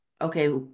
okay